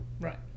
Right